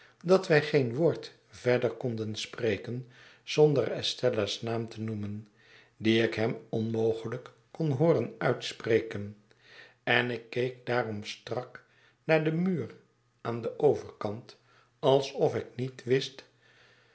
dat wij geen woord verder konden spreken zonder estella's naam te noemen dien ik hem onmogelijk kon hooren uitspreken en ik keek daarom strak naar den muur aan den overkant alsof ik niet wist